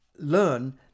learn